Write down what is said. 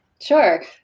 Sure